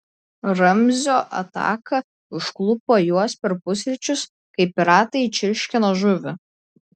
ramzio ataka užklupo juos per pusryčius kai piratai čirškino žuvį